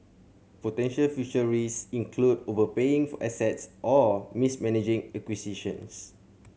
potential future risk include overpaying for assets or mismanaging acquisitions